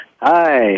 hi